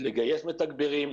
לגייס מתגברים.